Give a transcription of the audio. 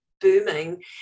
booming